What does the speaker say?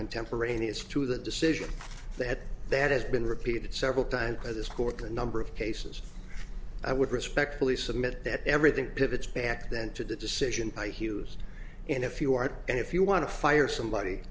contemporaneous to the decision that that has been repeated several times by this court the number of cases i would respectfully submit that everything pivots back then to the decision by hughes and if you are and if you want to fire somebody